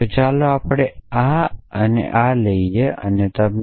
તો ચાલો આપણે આ અને આને લઈએ અને તમને